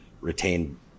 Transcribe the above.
retain